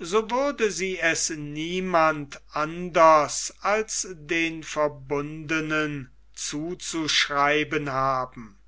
so würde sie es niemand anders als den verbundenen zuzuschreiben haben